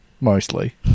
mostly